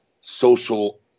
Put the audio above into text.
social